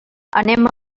anem